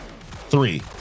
Three